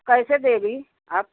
कैसे देंगी आप